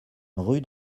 rue